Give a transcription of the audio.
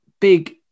big